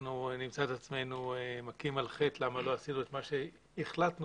אנחנו נמצא את עצמנו מכים על חטא למה לא עשינו את מה שהוחלט שייעשה.